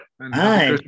Hi